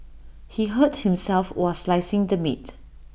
he hurt himself while slicing the meat